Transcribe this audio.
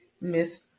Miss